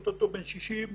אוטוטו בן 60,